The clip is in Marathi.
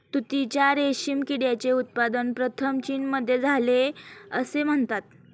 तुतीच्या रेशीम किड्याचे उत्पादन प्रथम चीनमध्ये झाले असे म्हणतात